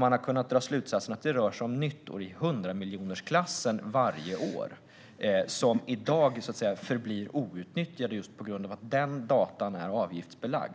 Man har kunnat dra slutsatsen att det rör sig om nyttor i 100-miljonersklassen varje år som i dag så att säga förblir outnyttjade just på grund av att dessa data är avgiftsbelagda.